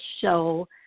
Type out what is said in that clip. show